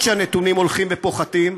ואף שהנתונים הולכים ופוחתים,